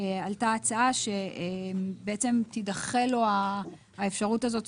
עלתה הצעה שתידחה לו האפשרות הזאת,